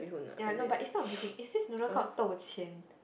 ya no but it's not bee-hoon it's this noodle called dou-qian